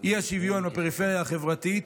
האי-שוויון בפריפריה החברתית,